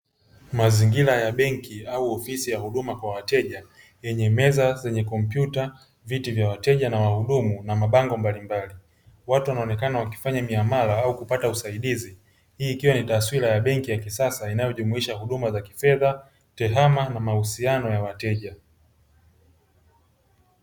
Mazingira ya benki au ofisi ya huduma kwa wateja yenye meza zenye komyuta, viti vya wateja na wahudumu na mabango mbalimbali. Watu wanaonekana wakifanya miamala au kupata usaidizi hii ikiwa ni taswira ya benki ya kisasa inayojumuisha huduma za kifedha, TEHAMA na mahusiano ya wateja.